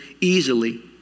easily